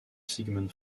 sigmund